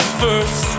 first